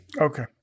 Okay